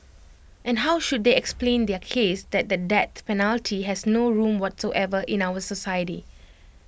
and how should they explain their case that the death penalty has no room whatsoever in our society